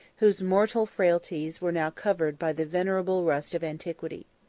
whose mortal frailties were now covered by the venerable rust of antiquity.